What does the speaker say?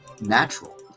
natural